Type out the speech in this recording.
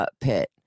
pit